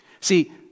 See